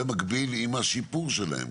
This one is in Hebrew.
במקביל עם השיפור שלהם,